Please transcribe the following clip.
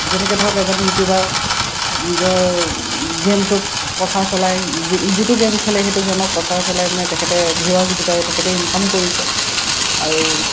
যেনেকৈ ধৰক এজন ইউটিউবাৰ নিজৰ গেমটোক প্ৰচাৰ চলাই যি যিটো গেম খেলে সেইটো গেমক প্ৰচাৰ চলাই পেনে তেখেতে ভিউৰছ গোটাই তেখেতে ইনকাম কৰিছে আৰু